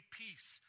peace